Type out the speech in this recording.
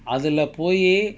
அதுல போயி:athula poyi